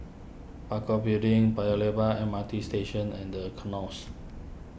Parakou Building Paya Lebar M R T Station and the Knolls